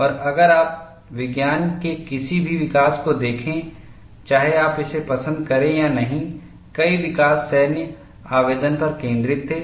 और अगर आप विज्ञान के किसी भी विकास को देखें चाहे आप इसे पसंद करें या नहीं कई विकास सैन्य आवेदन पर केंद्रित थे